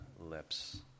lips